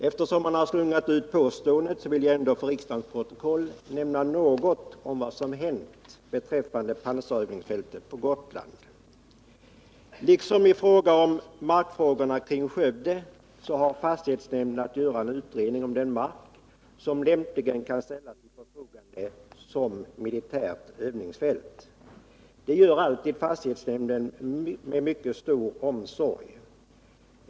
Eftersom han har slungat ut påståendet vill jag för riksdagen till dess protokoll nämna något om vad som har hänt beträffande pansarövningsfältet på Gotland. Liksom när det gäller markfrågorna i Skövde har fastighetsnämnden att göra en utredning om den mark som lämpligen kan ställas till förfogande som militärt övningsfält. Det gör alltid fastighetshnämnden med mycket stor omsorg.